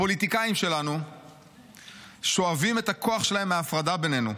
הפוליטיקאים שלנו שואבים את הכוח שלהם מההפרדה בינינו.